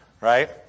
right